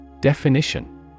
Definition